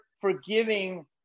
forgiving